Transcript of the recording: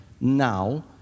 now